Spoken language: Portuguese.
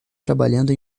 trabalhando